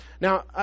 Now